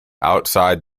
outside